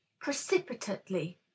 precipitately